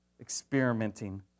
experimenting